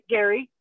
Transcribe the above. Gary